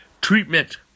treatment